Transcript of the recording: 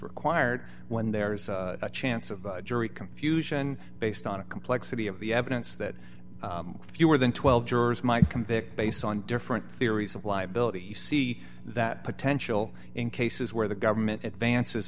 required when there is a chance of a jury confusion based on a complexity of the evidence that fewer than twelve jurors might convict based on different theories of liability you see that potential in cases where the government advances